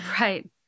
right